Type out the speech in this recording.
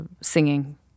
singing